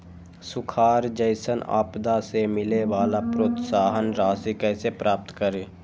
सुखार जैसन आपदा से मिले वाला प्रोत्साहन राशि कईसे प्राप्त करी?